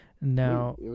now